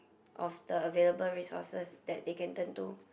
of the available resources that they can turn to